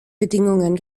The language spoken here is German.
bedingungen